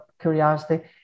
curiosity